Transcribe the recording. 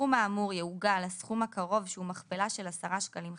הסכום האמור יעוגל לסכום הקרוב שהוא מכפלה של 10 שקלים חדשים.